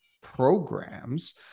programs